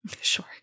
Sure